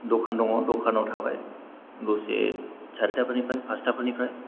दखान दङ दखानाव थाबाय दसे सारिथा फोरनिफ्राय फासथा फोरनिफ्राय